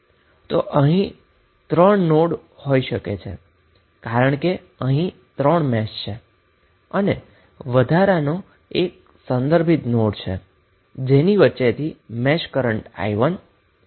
તો અહીં 3 નોડ હોઈ શકે છે કારણ કે અહીં 3 મેશ છે અને વતા મેશ કરન્ટ વચ્ચે એક રેફેરન્સ નોડ છે